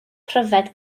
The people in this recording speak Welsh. pryfed